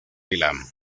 milán